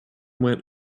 went